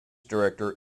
director